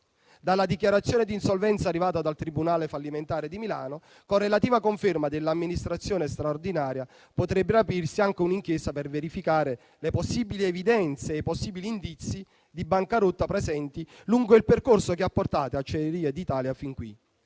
Dalla dichiarazione di insolvenza arrivata dal tribunale fallimentare di Milano con relativa conferma dell'amministrazione straordinaria, potrebbe aprirsi anche un'inchiesta per verificare le possibili evidenze e i possibili indizi di bancarotta presenti lungo il percorso che ha portato Acciaierie d'Italia fin qui.